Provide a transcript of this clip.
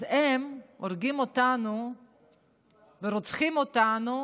אז הם הורגים אותנו ורוצחים אותנו